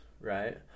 right